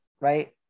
right